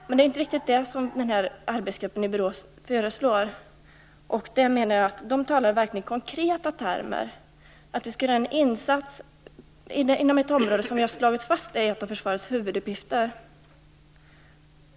Men det är inte riktigt sådana saker som arbetsgruppen i Borås föreslår. Där talar man verkligen i konkreta termer. Vi skall göra en insats inom ett område som vi har slagit fast är ett av försvarets huvuduppgifter.